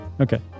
Okay